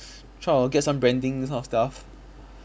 try to get some branding this kind of stuff